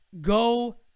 Go